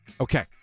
Okay